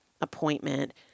appointment